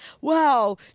Wow